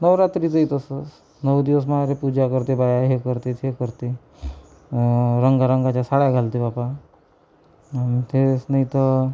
नवरात्रीचेही तसंच नऊ दिवस माहेरी पूजा करते बाया हे करते ते करते रंगारंगाच्या साड्या घालते बापा आणि तेवढंच नाही तर